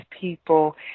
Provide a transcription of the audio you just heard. people